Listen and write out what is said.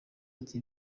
ati